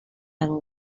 and